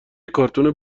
کارتون